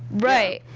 right,